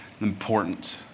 important